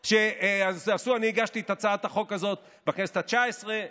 אני הגשתי את הצעת החוק הזאת בכנסת התשע-עשרה,